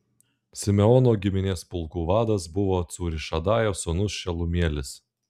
simeono giminės pulkų vadas buvo cūrišadajo sūnus šelumielis